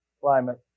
climate